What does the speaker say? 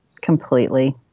completely